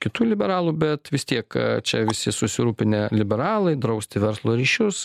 kitų liberalų bet vis tiek čia visi susirūpinę liberalai drausti verslo ryšius